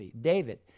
David